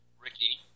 Ricky